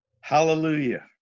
Hallelujah